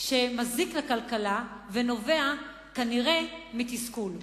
שמזיק לכלכלה ונובע, כנראה, מתסכול.